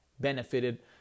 benefited